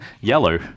yellow